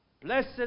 Blessed